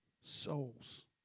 souls